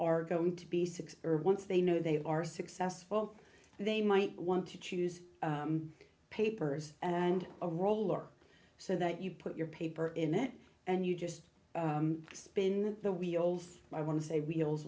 are going to be six ers once they know they are successful they might want to choose papers and a roll or so that you put your paper in it and you just spin the wheels i want to say wheels